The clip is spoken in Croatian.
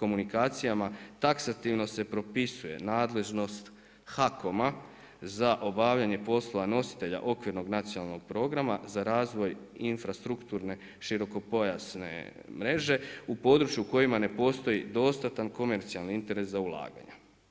komunikacijama, taksativno se propisuje nadležnost HAKOMA za obavljanja poslova nositelja okvirnog nacionalnog programa za razvoj infrastrukturne, širokopojasne mreže, u području u kojima ne postoji dostatni komercijalni interes za ulaganja.